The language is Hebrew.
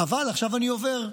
אבל עכשיו אני עובר,